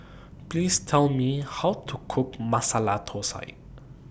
Please Tell Me How to Cook Masala Thosai